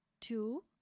two